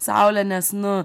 saule nes nu